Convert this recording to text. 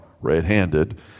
red-handed